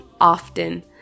often